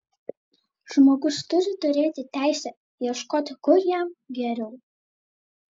žmogus turi turėti teisę ieškoti kur jam geriau